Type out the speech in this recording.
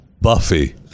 buffy